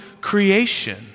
creation